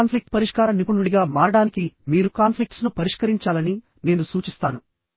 మీరు కాన్ఫ్లిక్ట్ పరిష్కార నిపుణుడిగా మారడానికి మీరు కాన్ఫ్లిక్ట్స్ ను పరిష్కరించాలని నేను సూచిస్తాను